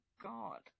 God